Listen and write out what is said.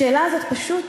השאלה הזאת פשוט